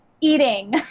eating